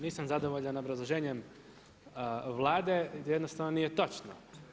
Nisam zadovoljan obrazloženjem Vlade, jer jednostavno nije točno.